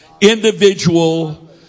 individual